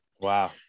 Wow